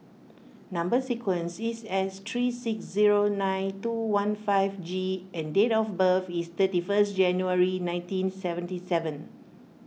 Number Sequence is S three six zero nine two one five G and date of birth is thirty first January nineteen seventy seven